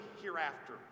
hereafter